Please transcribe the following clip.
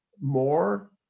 more